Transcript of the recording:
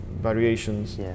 variations